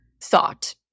thought